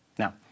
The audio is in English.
Now